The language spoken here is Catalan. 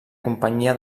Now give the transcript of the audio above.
companyia